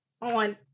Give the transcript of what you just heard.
on